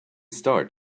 start